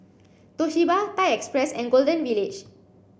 Toshiba Thai Express and Golden Village